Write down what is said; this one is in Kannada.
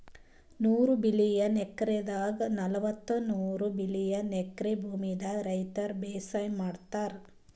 ನೂರ್ ಮಿಲಿಯನ್ ಎಕ್ರೆದಾಗ್ ನಲ್ವತ್ತಮೂರ್ ಮಿಲಿಯನ್ ಎಕ್ರೆ ಭೂಮಿದಾಗ್ ರೈತರ್ ಬೇಸಾಯ್ ಮಾಡ್ಲತಾರ್